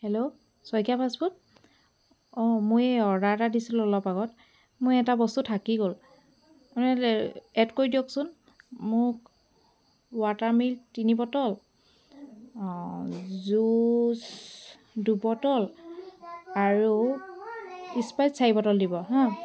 hello Saikia fast food অ' মই এই অৰ্ডাৰ এটা দিছিলো অলপ আগত মই এটা বস্তু থাকি গ'ল এড কৰি দিয়কচোন মোক ৱাটাৰ মিল্ক তিনি বটল জুইচ দুবটল আৰু স্প্ৰাইট চাৰি বটল দিব হা